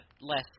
less